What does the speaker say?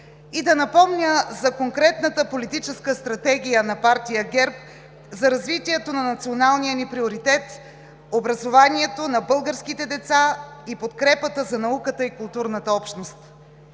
и да напомня за конкретната политическа стратегия на партия ГЕРБ за развитието на националния ни приоритет – образованието на българските деца и подкрепата за науката и културната общност.